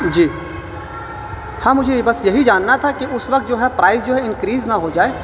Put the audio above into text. جی ہاں مجھے بس یہی جاننا تھا کہ اس وقت جو ہے پرائز جو ہے انکریز نہ ہو جائے